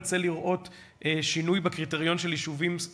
הממשלה הסכימה שיתקיים דיון מעמיק בנושא בוועדת הכספים ובמליאה,